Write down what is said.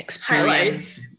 highlights